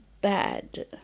bad